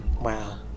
Wow